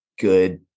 good